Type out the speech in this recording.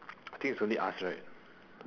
I think it's only us right